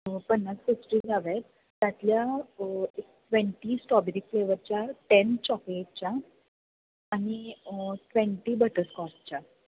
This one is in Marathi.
पन्नास पेस्ट्रीज हव्या आहेत त्यातल्या ट्वेंटी स्ट्रॉबेरी फ्लेवरच्या टेन चॉकलेटच्या आणि ट्वेंटी बटरस्कॉचच्या